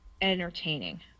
entertaining